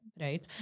right